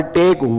take